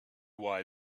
why